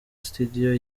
studio